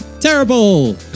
Terrible